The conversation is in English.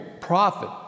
profit